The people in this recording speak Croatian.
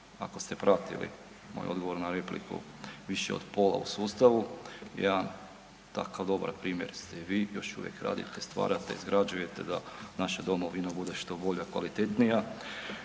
ako ste pratili odgovor na repliku, više od pola u sustavu, jedan takav dobar primjer ste vi, još uvijek radite i stvarate, izgrađujete da naša domovina bude što bolja, kvalitetnija.